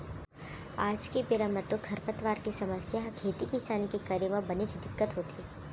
आज के बेरा म तो खरपतवार के समस्या ह खेती किसानी के करे म बनेच दिक्कत होथे